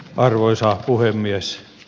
arvoisa puhemies